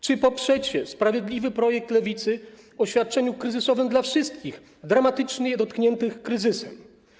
Czy poprzecie sprawiedliwy projekt Lewicy o świadczeniu kryzysowym dla wszystkich dramatycznie dotkniętych kryzysem?